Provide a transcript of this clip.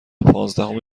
پانزدهم